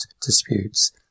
disputes